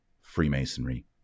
Freemasonry